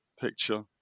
picture